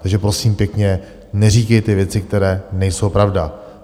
Takže, prosím pěkně, neříkejte věci, které nejsou pravda.